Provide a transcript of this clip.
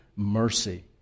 Mercy